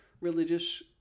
religious